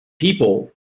people